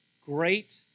great